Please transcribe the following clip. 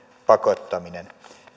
pakottaminen